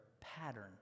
pattern